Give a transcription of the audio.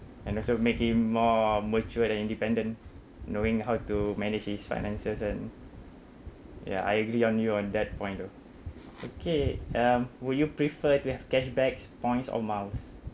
and also make him more mature and independent knowing how to manage his finances and ya I agree on you on that point though okay um would you prefer to have cashbacks points or miles